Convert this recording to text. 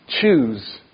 Choose